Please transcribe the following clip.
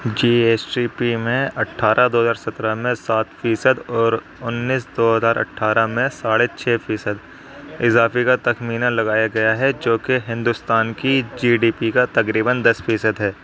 جی S T P میں اٹھارہ دو ہزار سترہ میں سات فیصد اور انیس دو ہزار اٹھارہ میں ساڑھے چھ فیصد اضافے کا تخمینہ لگایا گیا ہے جو کہ ہندوستان کی جی ڈی پی کا تقریباً دس فیصد ہے